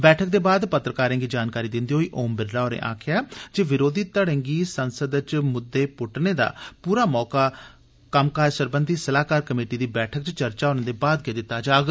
बैठक दे बाद पत्रकारें गी जानकारी दिंदे होई ओम बिरला होरें आक्खेआ जे विरोधी घड़ें गी सदन च मुद्दे पुट्टने दा मौका कम्मकार सरबंधी सलाहकार कमेटी दी बैठका च चर्चा होने दे बाद दित्ता जाग